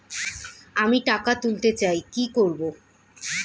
আমি টাকা তুলতে চাই কি করব?